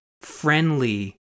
friendly